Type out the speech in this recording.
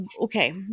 okay